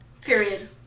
Period